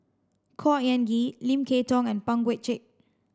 Khor Ean Ghee Lim Kay Tong and Pang Guek Cheng